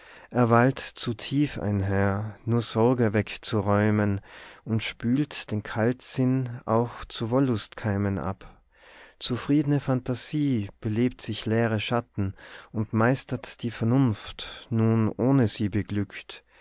er wallt zu tief einher nur sorge wegzuräumen und spült den kaltsinn auch zu wollustkeimen ab zufriedne phantasie belebt sich leere schatten und meistert die vernunft nun ohne sie beglückt